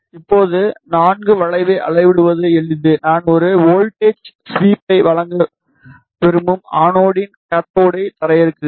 இப்போது IV வளைவை அளவிடுவது எளிது நான் ஒரு வோல்ட்டேஜ் ஸ்வீப்பை வழங்க விரும்பும் அனோடில் கேத்தோடை தரையிறக்குவேன்